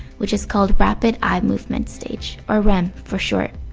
which is called rapid eye movement stage or rem for short.